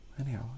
anyhow